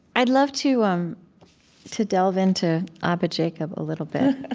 i'd love to um to delve into abba jacob a little bit.